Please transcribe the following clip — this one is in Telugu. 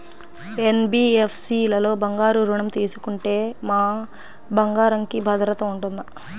ఎన్.బీ.ఎఫ్.సి లలో బంగారు ఋణం తీసుకుంటే మా బంగారంకి భద్రత ఉంటుందా?